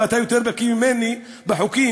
ואתה יותר בקי ממני בחוקים,